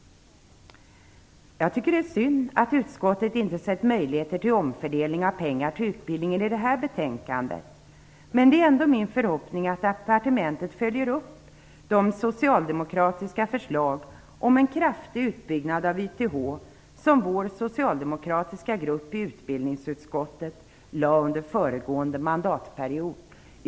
Jag tycker att det är synd att utskottet inte sett möjligheter till omfördelning av pengar till utbildning i det här betänkandet. Det är ändå min förhoppning att departementet följer upp de socialdemokratiska förslag om en kraftig utbyggnad av YTH som den socialdemokratiska gruppen i utbildningsutskottet lade fram under den föregående mandatperioden.